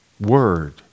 word